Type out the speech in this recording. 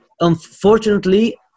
unfortunately